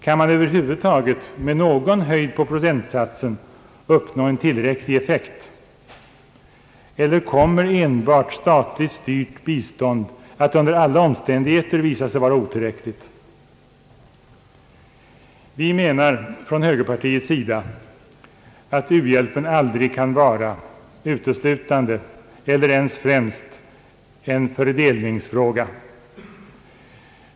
Kan man över huvud taget med någon höjd på procentsatsen uppnå en tillräcklig effekt? Eller kommer enbart statligt styrt bistånd att under alla omständigheter visa sig vara otillräckligt? Vi menar från högerpartiets sida att 'u-hjälpen aldrig kan vara uteslutande eller ens främst en fördelningsfråga.